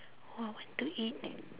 !wah! want to eat